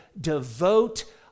devote